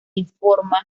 informa